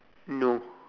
no